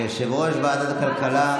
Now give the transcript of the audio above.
כיושב-ראש ועדת הכלכלה,